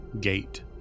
gate